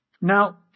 Now